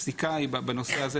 הפסיקה בנושא הזה